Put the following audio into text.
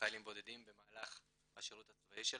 חיילים בודדים במהלך השירות הצבאי שלהם.